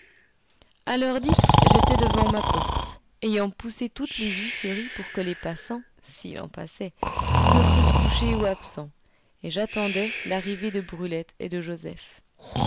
à l'heure dite j'étais devant ma porte ayant poussé toutes les huisseries pour que les passants s'il en passait me crussent couché ou absent et j'attendais l'arrivée de brulette et de joseph